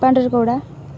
Pandarkoda